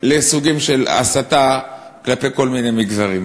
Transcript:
לסוגים של הסתה כלפי כל מיני מגזרים.